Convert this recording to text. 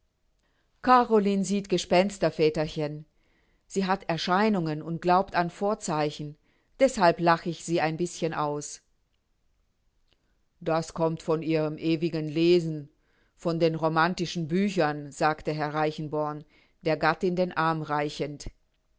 caroline sieht gespenster väterchen sie hat erscheinungen und glaubt an vorzeichen deßhalb lach ich sie ein bißchen aus das kommt von ihrem ewigen lesen von den romantischen büchern sagte herr reichenborn der gattin den arm reichend